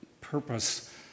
purpose